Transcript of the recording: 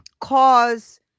cause